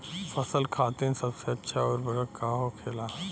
फसल खातीन सबसे अच्छा उर्वरक का होखेला?